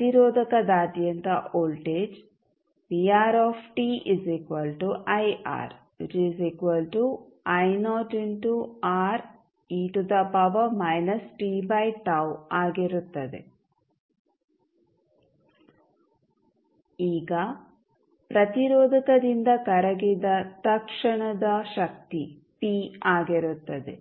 ಪ್ರತಿರೋಧಕದಾದ್ಯಂತ voltage ಆಗಿರುತ್ತದೆ ಈಗ ಪ್ರತಿರೋಧಕದಿಂದ ಕರಗಿದ ತತ್ಕ್ಷಣದ ಶಕ್ತಿ ಪಿ ಆಗಿರುತ್ತದೆ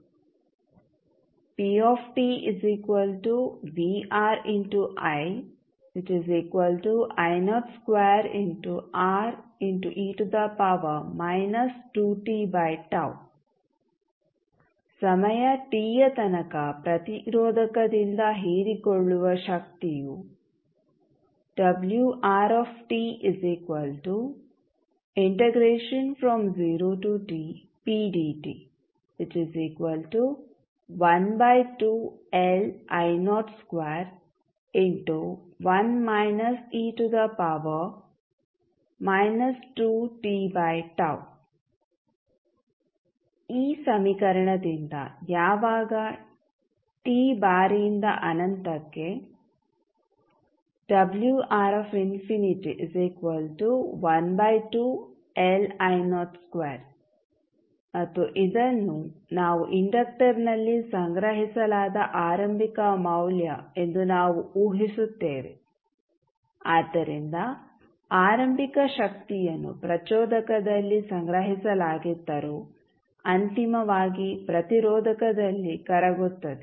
ಸಮಯ ಟಿಯ ತನಕ ಪ್ರತಿರೋಧಕದಿಂದ ಹೀರಿಕೊಳ್ಳುವ ಶಕ್ತಿಯು ಈ ಸಮೀಕರಣದಿಂದ ಯಾವಾಗ ಟಿ ಬಾರಿಯಿಂದ ಅನಂತಕ್ಕೆ ಮತ್ತು ಇದನ್ನು ನಾವು ಇಂಡಕ್ಟರ್ನಲ್ಲಿ ಸಂಗ್ರಹಿಸಲಾದ ಆರಂಭಿಕ ಮೌಲ್ಯ ಎಂದು ನಾವು ಊಹಿಸುತ್ತೇವೆ ಆದ್ದರಿಂದ ಆರಂಭಿಕ ಶಕ್ತಿಯನ್ನು ಪ್ರಚೋದಕದಲ್ಲಿ ಸಂಗ್ರಹಿಸಲಾಗಿದ್ದರೂ ಅಂತಿಮವಾಗಿ ಪ್ರತಿರೋಧಕದಲ್ಲಿ ಕರಗುತ್ತದೆ